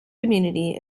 community